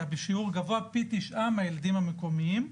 בשיעור גבוה פי תשעה מהילדים המקומיים.